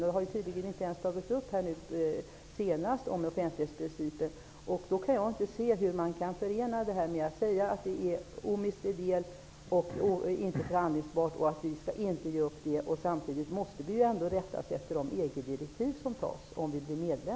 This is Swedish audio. Man har tydligen inte ens tagit upp offentlighetsprincipen nu senast, och jag kan inte se hur man kan förena det med att säga att den är en omistlig del, att den inte är förhandlingsbar och att vi inte skall ge upp den -- samtidigt som vi måste rätta oss efter de EG-direktiv som tas om Sverige blir medlem.